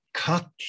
cut